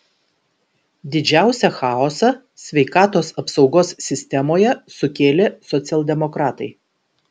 didžiausią chaosą sveikatos apsaugos sistemoje sukėlė socialdemokratai